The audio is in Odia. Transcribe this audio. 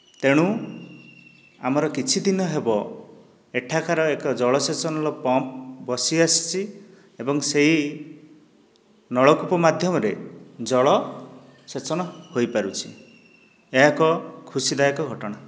ତେଣୁ ଆମର କିଛି ଦିନ ହେବ ଏଠାକାର ଏକ ଜଳସେଚନର ପମ୍ପ୍ ବସିଆସିଛି ଏବଂ ସେହି ନଳକୂପ ମାଧ୍ୟମରେ ଜଳସେଚନ ହୋଇପାରୁଛି ଏହା ଏକ ଖୁସିଦାୟକ ଘଟଣା